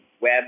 web